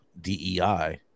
DEI